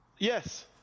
Yes